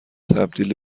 تبدیل